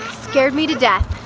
scared me to death.